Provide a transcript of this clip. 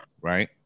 Right